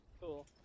Cool